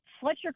Fletcher